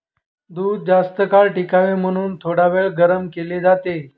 दूध जास्तकाळ टिकावे म्हणून थोडावेळ गरम केले जाते